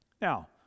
Now